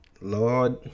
lord